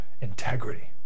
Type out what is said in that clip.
integrity